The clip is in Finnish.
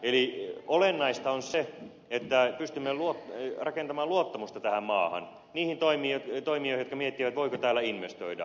eli olennaista on se että pystymme rakentamaan luottamusta tähän maahan niihin toimijoihin jotka miettivät voiko täällä investoida